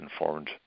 informed